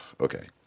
okay